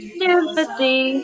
sympathy